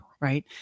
Right